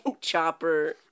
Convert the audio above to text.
chopper